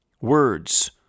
Words